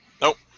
Nope